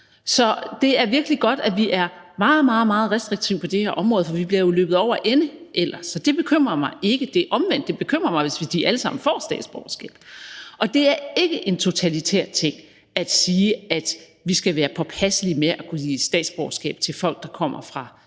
Så det er virkelig godt, at vi er meget, meget restriktive på det her område, for ellers bliver vi jo løbet over ende. Så det bekymrer mig ikke; det bekymrer mig omvendt, hvis de alle sammen får statsborgerskab. Det er ikke en totalitær tænkning at sige, at vi skal være påpasselige med at give statsborgerskab til folk, der kommer fra